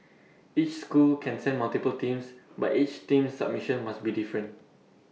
each school can send multiple teams but each team's submission must be different